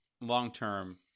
long-term